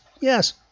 yes